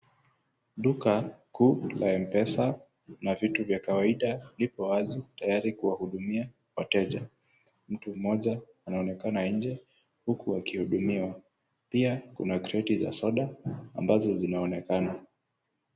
Duka kuu, duka ya M-Pesa na vitu vya kawaida lipo wazi tayari kuwahudumia wateja. Mtu mmoja anaonekana nje huku akihudumiwa, pia kreti za soda ambazo zinaonekana.